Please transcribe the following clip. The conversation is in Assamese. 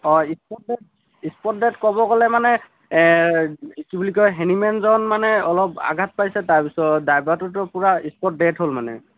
হয় স্পট ডেড স্পট ডেড ক'ব গ'লে মানে কি বুলি কয় হেণ্ডিমেনজন মানে অলপ আঘাত পাইছে তাৰপিছত ড্ৰাইভৰটোতো পুৰা স্পট ডেড হ'ল মানে